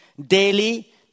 daily